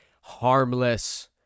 harmless